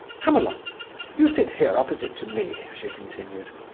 come along you sit here, opposite to me, she continued,